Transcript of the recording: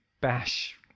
bash